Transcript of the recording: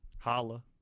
Holla